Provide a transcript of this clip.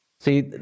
See